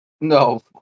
No